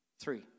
Three